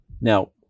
Now